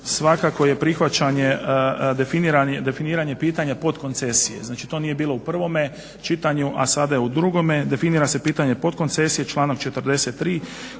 svakako je definiranje pitanja podkoncesije. Znači to nije bilo u prvome čitanju, a sada je u drugome. Definira se pitanje podkoncesije, članak 43.